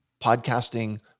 podcasting